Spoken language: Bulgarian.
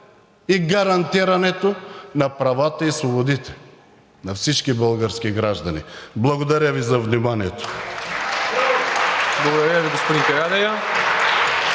и гарантирането на правата и свободите на всички български граждани. Благодаря Ви за вниманието!